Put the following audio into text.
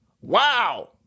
Wow